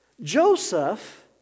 Joseph